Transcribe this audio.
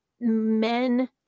men